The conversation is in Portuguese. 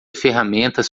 ferramentas